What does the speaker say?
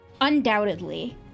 Undoubtedly